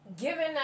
giving